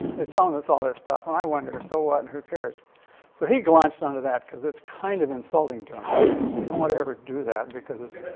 they're telling us all this stuff. and i wonder, so what and who cares so he latched onto that because it's kind of insulting to a scientist. you don't want to ever do that because